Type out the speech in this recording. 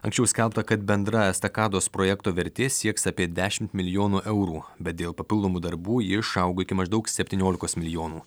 anksčiau skelbta kad bendra estakados projekto vertė sieks apie dešimt milijonų eurų bet dėl papildomų darbų ji išaugo iki maždaug septyniolikos milijonų